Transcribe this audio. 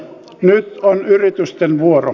nyt on yritysten vuoro